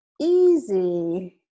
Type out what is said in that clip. easy